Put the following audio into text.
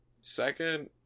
Second